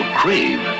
crave